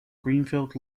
greenfield